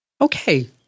Okay